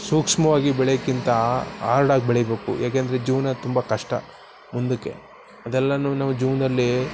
ಸೂಕ್ಷ್ಮವಾಗಿ ಬೆಳೆಯೋದಕ್ಕಿಂತ ಆರ್ಡಾಗಿ ಬೆಳಿಬೇಕು ಯಾಕೆಂದರೆ ಜೀವನ ತುಂಬ ಕಷ್ಟ ಮುಂದಕ್ಕೆ ಅದೆಲ್ಲನೂ ನಾವು ಜೀವನ್ದಲ್ಲಿ